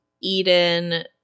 Eden